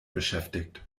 beschäftigt